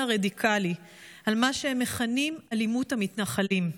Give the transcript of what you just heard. הרדיקלי על מה שהם מכנים "אלימות המתנחלים",